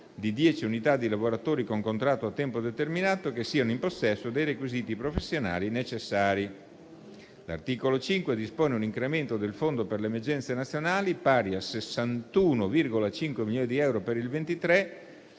dieci unità di lavoratori con contratto a tempo determinato che siano in possesso dei requisiti professionali necessari. L'articolo 5 dispone un incremento del Fondo per le emergenze nazionali pari a 61,5 milioni di euro per il 2023